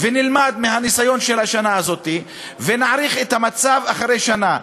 ונלמד מהניסיון של השנה הזאת ונעריך את המצב אחרי שנה.